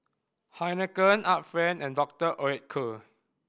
Heinekein Art Friend and Doctor Oetker